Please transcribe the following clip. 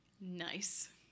Nice